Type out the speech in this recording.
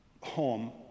home